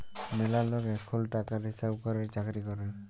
ম্যালা লক এখুল টাকার হিসাব ক্যরের চাকরি ক্যরে